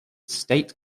state